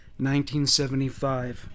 1975